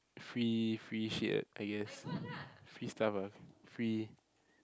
free free shit I guess free stuff ah free